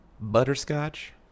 butterscotch